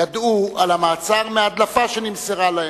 ידעו על המעצר מההדלפה שנמסרה להם.